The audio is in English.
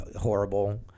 horrible